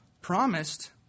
promised